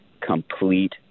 complete